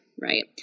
right